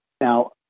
now